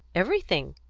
everything.